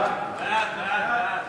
ההצעה להעביר